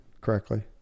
correctly